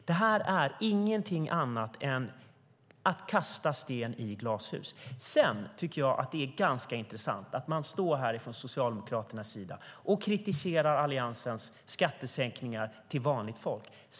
Men detta är ingenting annat än att kasta sten i glashus. Det är ganska intressant att Socialdemokraterna står här och kritiserar Alliansens skattesänkningar till vanligt folk.